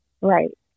Right